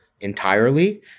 entirely